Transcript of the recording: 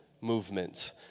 movement